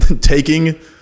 taking